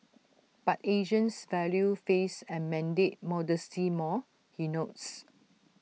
but Asians value face and mandate modesty more he notes